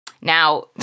Now